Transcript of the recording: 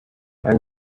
and